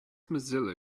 mozilla